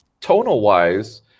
Tonal-wise